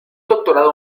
doctorado